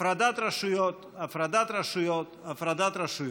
הפרדת רשויות, הפרדת רשויות, הפרדת רשויות.